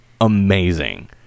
amazing